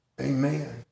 Amen